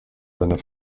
seiner